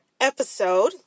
episode